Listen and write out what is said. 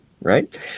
right